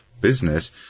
business